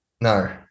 no